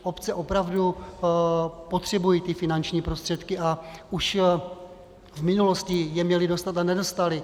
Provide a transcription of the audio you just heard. Obce opravdu potřebují finanční prostředky a už v minulosti je měly dostat a nedostaly.